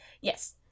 yes